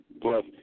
Plus